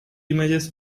images